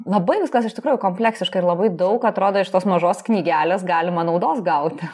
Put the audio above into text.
labai viskas iš tikrųjų kompleksiška ir labai daug atrodo iš tos mažos knygelės galima naudos gauti